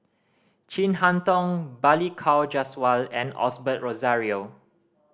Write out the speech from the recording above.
Chin Harn Tong Balli Kaur Jaswal and Osbert Rozario